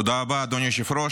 תודה רבה, אדוני היושב-ראש.